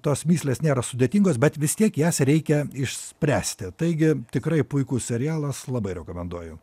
tos mįslės nėra sudėtingos bet vis tiek jas reikia išspręsti taigi tikrai puikus serialas labai rekomenduoju